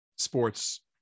sports